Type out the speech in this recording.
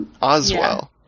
Oswell